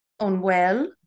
unwell